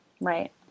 right